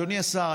אדוני השר,